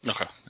Okay